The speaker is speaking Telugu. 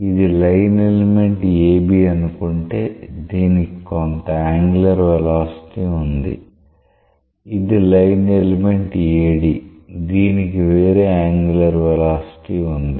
ఇది లైన్ ఎలిమెంట్ AB అనుకుంటే దీనికి కొంత యాంగులర్ వెలాసిటీ ఉంది ఇది లైన్ ఎలిమెంట్ AD దీనికి వేరే యాంగులర్ వెలాసిటీ వుంది